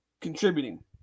contributing